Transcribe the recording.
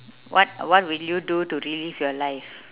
what what would you do to relive your life